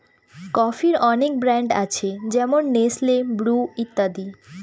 কফির অনেক ব্র্যান্ড আছে যেমন নেসলে, ব্রু ইত্যাদি